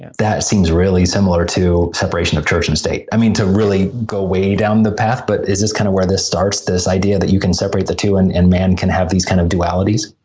and that seems really similar to separation of church and state i mean to really go way down the path but is this kind of where this starts this idea that you can separate the two and and man can have these kind of dualities